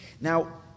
Now